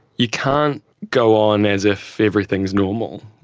you can't go on as if everything is normal,